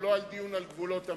הוא לא דיון על גבולות המדינה,